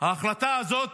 להחלטה הזאת